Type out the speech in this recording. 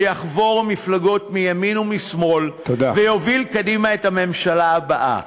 שיחבור למפלגות מימין ומשמאל ויוביל קדימה את הממשלה הבאה.